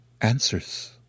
Answers